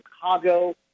Chicago